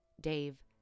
Dave